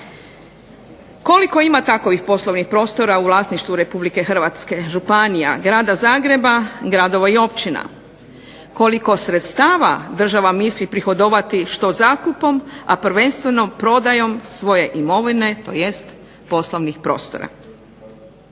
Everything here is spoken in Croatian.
Koliko ima takovih poslovnih prostora u vlasništvu RH, županija, Grada Zagreba, gradova i općina? Koliko sredstava država misli prihodovati što zakupom, a prvenstveno prodajom svoje imovine tj. poslovnih prostora?